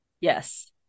Yes